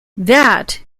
that